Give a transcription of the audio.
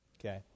Okay